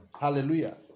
Hallelujah